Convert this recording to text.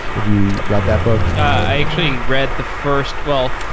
have you read that book? i actually read the first well,